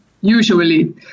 usually